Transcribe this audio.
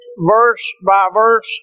verse-by-verse